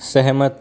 सहमत